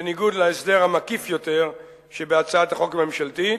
בניגוד להסדר המקיף יותר שבהצעת החוק הממשלתית,